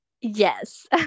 Yes